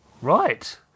Right